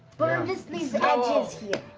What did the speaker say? but um just these edges here.